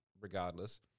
regardless